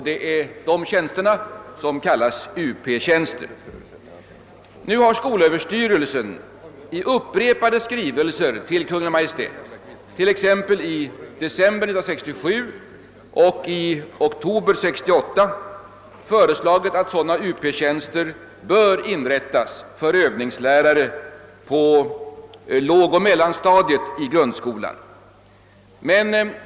De tjänsterna kallas för Up-tjänster. Skolöverstyrelsen har nu i upprepade skrivelser till Kungl. Maj:t t.ex. i december 1967 och i oktober 1968 föreslagit att sådana tjänster inrättas för övningslärare på lågoch mellanstadiet i grundskolan.